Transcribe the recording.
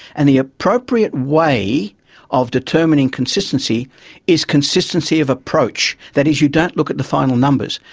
and the appropriate way of determining consistency is consistency of approach. that is, you don't look at the final numbers.